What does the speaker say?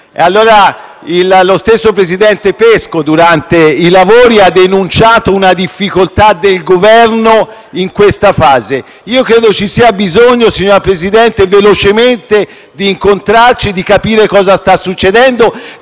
Lo stesso presidente Pesco durante i lavori ha denunciato una difficoltà del Governo in questa fase. Credo ci sia bisogno, signor Presidente, di incontrarci quanto prima e capire cosa stia succedendo